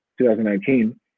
2019